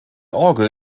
orgel